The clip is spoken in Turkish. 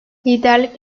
liderlik